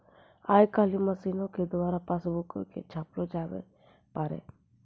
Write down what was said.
आइ काल्हि मशीनो के द्वारा पासबुको के छापलो जावै पारै